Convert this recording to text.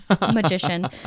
magician